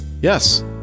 Yes